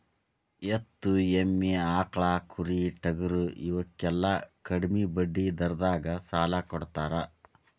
ಎತ್ತು, ಎಮ್ಮಿ, ಆಕ್ಳಾ, ಕುರಿ, ಟಗರಾ ಇವಕ್ಕೆಲ್ಲಾ ಕಡ್ಮಿ ಬಡ್ಡಿ ದರದಾಗ ಸಾಲಾ ಕೊಡತಾರ